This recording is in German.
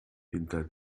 hinter